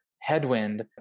headwind